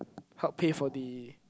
helped pay for the